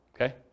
okay